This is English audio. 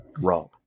wrong